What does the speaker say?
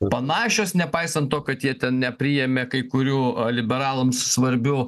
panašios nepaisant to kad jie ten nepriėmė kai kurių liberalams svarbių